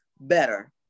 better